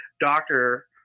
doctor